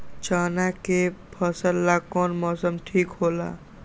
चाना के फसल ला कौन मौसम ठीक होला?